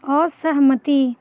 असहमति